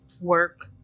work